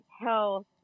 health